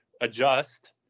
adjust